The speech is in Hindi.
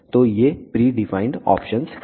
तो ये प्री डिफाइंड ऑप्शन हैं